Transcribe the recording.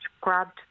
grabbed